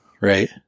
right